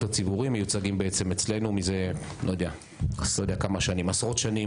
הציבורי מיוצגים אצלנו מזה עשרות שנים,